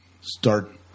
start